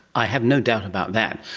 i have no doubt about that.